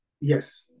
yes